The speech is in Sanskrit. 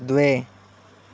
द्वे